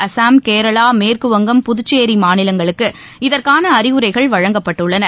அசாம் கேரளா மேற்கு வங்கம் புதுச்சேரி மாநிலங்களுக்கு இதற்கான அறிவுரைகள் வழங்கப்பட்டுள்ளன